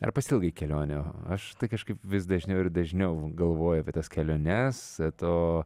ar pasiilgai kelionių aš tai kažkaip vis dažniau ir dažniau galvoju apie tas keliones to